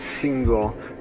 single